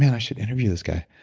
i should interview this guy.